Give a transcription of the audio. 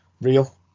real